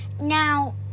now